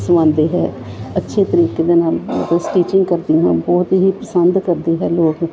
ਸਵਾਉਂਦੇ ਹੈ ਅੱਛੇ ਤਰੀਕੇ ਦੇ ਨਾਲ ਮਤਲਬ ਸਟਿਚਿੰਗ ਕਰਦੀ ਹਾਂ ਬਹੁਤ ਹੀ ਪਸੰਦ ਕਰਦੇ ਹੈ ਲੋਕ